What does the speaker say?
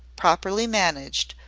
properly managed,